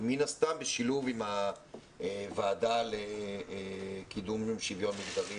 מן הסתם בשילוב עם הוועדה לקידום שוויון מגדרי